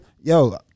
yo